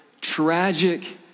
tragic